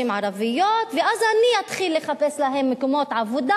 ערביות ואז אני אתחיל לחפש להן מקומות עבודה,